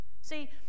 See